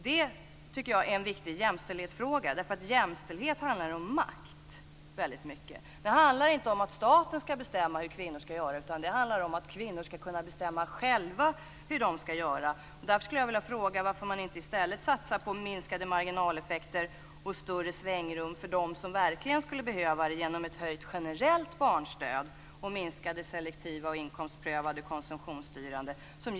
Detta är en viktig jämställdhetsfråga därför att jämställdhet handlar mycket om makt. Det handlar inte om att staten ska bestämma hur kvinnor ska göra, utan det handlar om att kvinnor ska kunna bestämma själva hur de ska göra. Därför skulle jag vilja fråga varför man inte i stället satsar på minskade marginaleffekter och ett större svängrum för dem som verkligen skulle behöva det genom ett höjt generellt barnstöd och minskade selektiva och inkomstprövade konsumtionsstyrande stöd.